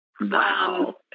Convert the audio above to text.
Wow